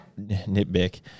nitpick